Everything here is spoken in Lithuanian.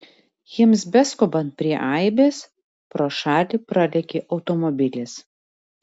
jiems beskubant prie aibės pro šalį pralėkė automobilis